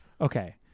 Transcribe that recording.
Okay